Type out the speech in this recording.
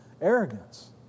arrogance